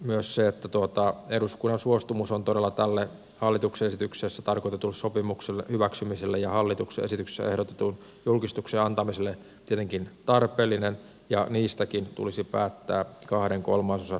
myös eduskunnan suostumus on todella tälle hallituksen esityksessä tarkoitetun sopimuksen hyväksymiselle ja hallituksen esityksessä ehdotetun julkistuksen antamiselle tietenkin tarpeellinen ja niistäkin tulisi päättää kahden kolmasosan määräenemmistöllä